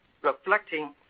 reflecting